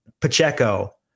Pacheco